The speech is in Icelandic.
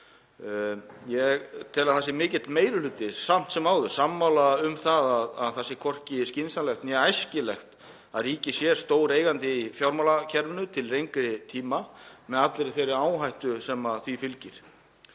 Ég tel að það sé mikill meiri hluti samt sem áður sammála um að það sé hvorki skynsamlegt né æskilegt að ríkið sé stór eigandi í fjármálakerfinu til lengri tíma með allri þeirri áhættu sem því fylgir.